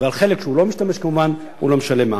ועל החלק שהוא לא משתמש, כמובן הוא לא משלם מע"מ.